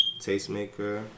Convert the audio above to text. Tastemaker